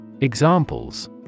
Examples